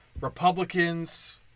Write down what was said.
Republicans